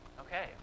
Okay